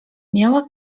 miała